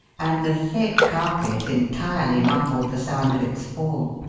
and the thick carpet entirely muffled the sound of its fall.